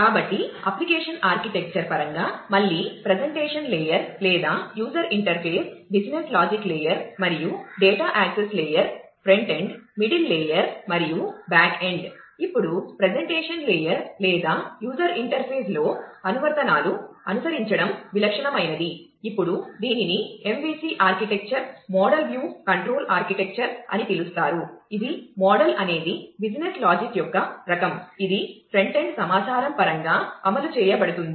కాబట్టి application architecture యొక్క రకం ఇది ఫ్రంటెండ్ సమాచారం పరంగా అమలు చేయబడుతుంది